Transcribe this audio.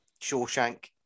Shawshank